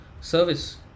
service